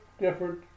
different